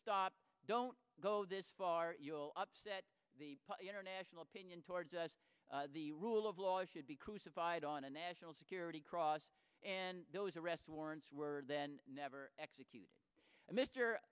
stop don't go this far will upset the international opinion towards us the rule of law should be crucified on a national security cross and those arrest warrants were then never executed and mr